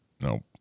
Nope